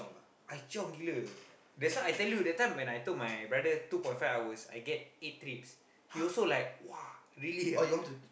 I chiong gila that's why I tell you that time when I told my brother two point five hours I get eight trips he also like !wah! really ah